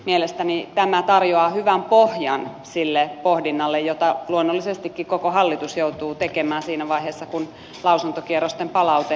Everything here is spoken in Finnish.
mielestäni tämä tarjoaa hyvän pohjan sille pohdinnalle jota luonnollisestikin koko hallitus joutuu tekemään siinä vaiheessa kun lausuntokierrosten palaute on saatu